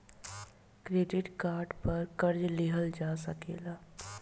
credit card पर कर्जा लिहल जा सकेला